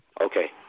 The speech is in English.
okay